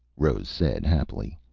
rose said happily.